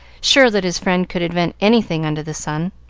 sure that his friend could invent anything under the sun.